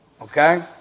Okay